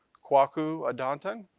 kwaku adonteng,